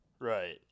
right